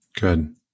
good